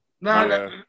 No